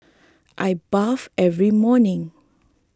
I bathe every morning